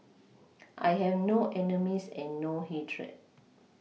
I have no enemies and no hatred